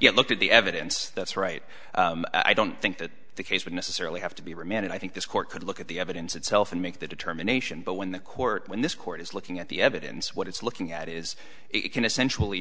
you look at the evidence that's right i don't think that the case would necessarily have to be remanded i think this court could look at the evidence itself and make that determination but when the court when this court is looking at the evidence what it's looking at is it can essentially